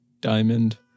Diamond